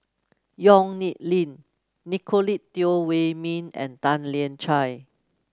Yong Nyuk Lin Nicolette Teo Wei Min and Tan Lian Chye